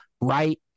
right